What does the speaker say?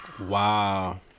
Wow